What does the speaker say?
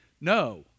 No